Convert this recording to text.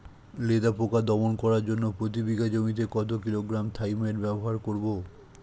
লেদা পোকা দমন করার জন্য প্রতি বিঘা জমিতে কত কিলোগ্রাম থাইমেট ব্যবহার করব?